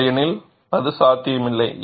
இல்லையெனில் அது சாத்தியமில்லை